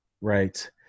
Right